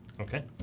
Okay